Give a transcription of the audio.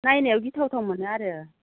नायनायाव गिथावथाव मोनो आरो